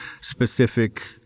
specific